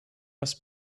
was